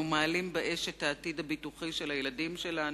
אנחנו מעלים באש את העתיד הביטוחי של הילדים שלנו,